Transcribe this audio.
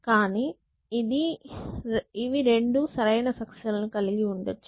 కానీ ఇది రెండు సరైన సక్సెసర్ లను కలిగి ఉండచ్చు